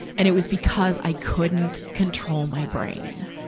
and it was because i couldn't control my brain.